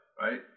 Right